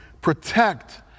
protect